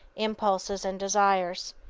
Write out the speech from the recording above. impulses and desires.